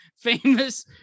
famous